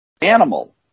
animal